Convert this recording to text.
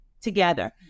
together